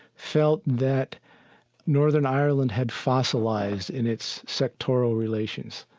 felt that northern ireland had fossilized in its sectoral relations.